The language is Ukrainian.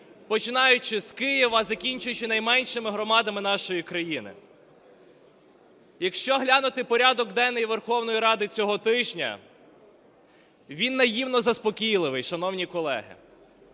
починаючи з Києва, закінчуючи найменшими громадами нашої країни. Якщо глянути порядок денний Верховної Ради цього тижня, він наївно заспокійливий, шановні колеги,